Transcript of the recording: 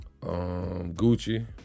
Gucci